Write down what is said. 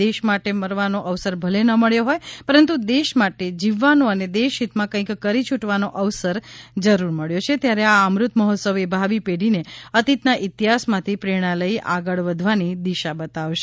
દેશ માટે મરવાનો અવસર ભલે ન મળ્યો હોય પરંતુ દેશ માટે જીવવાનો અને દેશહિતમાં કઈંક કરી છૂટવાનો અવસર જરૂર મબ્યો છે ત્યારે આ અમૃત મહોત્સવ એ ભાવિ પેઢીને અતિતના ઇતિહાસમાંથી પ્રેરણા લઇ આગળ વધવાની દિશા બતાવશે